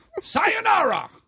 Sayonara